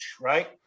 right